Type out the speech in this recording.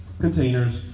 containers